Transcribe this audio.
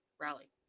rally